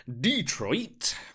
Detroit